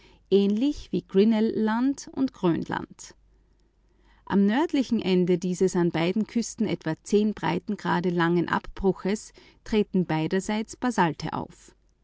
ähnlich wie grinnell land und grönland am nördlichen ende dieses an beiden küsten etwa breitengrad langen abbruches treten beiderseits basalte auf